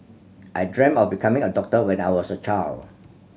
I dreamt of becoming a doctor when I was a child